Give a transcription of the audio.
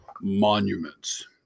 monuments